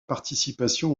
participation